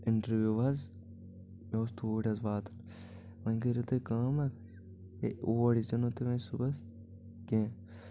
interview حظ مےٚ اوس توٗرۍ واتُن وۄنۍ کٔرِو تُہۍ کأم حظ ہے اور یِیٖزیو نہٕ تُہۍ صُبحس کیٚنٛہہ